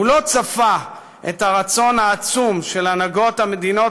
הוא לא צפה את הרצון העצום של הנהגות המדינות